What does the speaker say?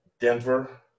Denver